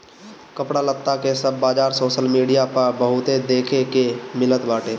कपड़ा लत्ता के सब बाजार सोशल मीडिया पअ बहुते देखे के मिलत बाटे